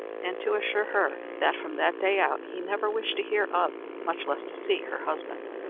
and to assure her, that from that day out, he never wished to hear of, much less to see, her husband.